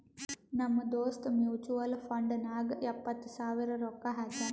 ನಮ್ ದೋಸ್ತ mutual fund ನಾಗ್ ಎಪ್ಪತ್ ಸಾವಿರ ರೊಕ್ಕಾ ಹಾಕ್ಯಾನ್